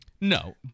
No